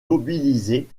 mobilisé